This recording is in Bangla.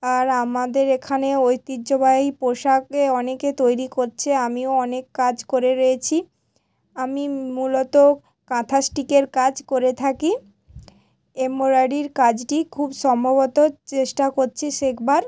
আর আমাদের এখানে ঐতিহ্যবাহী পোশাকে অনেকে তৈরি কোচ্ছে আমিও অনেক কাজ করে রয়েছি আমি মূলত কাঁথা স্টিচের কাজ করে থাকি এমবোড্রারির কাজটি খুব সম্ভবত চেষ্টা করছি শেখবার